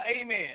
amen